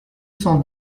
cent